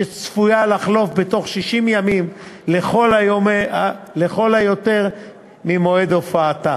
שצפויה לחלוף בתוך 60 ימים לכל היותר ממועד הופעתה.